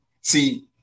See